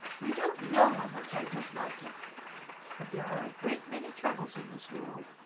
you don't know how much i don't like it but there are a great many troubles in this world,